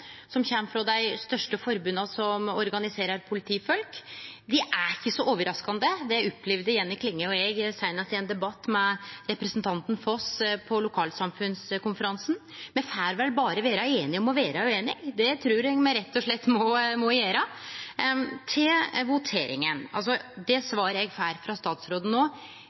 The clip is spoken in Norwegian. er ikkje så overraskande, det opplevde Jenny Klinge og eg seinast i ein debatt med representanten Foss på Lokalsamfunnskonferansen. Me får vel berre vere einige om å vere ueinige, det trur eg me rett og slett må gjere. Til voteringa: Det svaret eg får frå statsråden